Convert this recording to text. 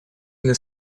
для